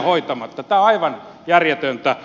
tämä on aivan järjetöntä